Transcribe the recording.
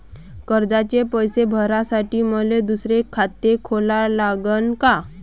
कर्जाचे पैसे भरासाठी मले दुसरे खाते खोला लागन का?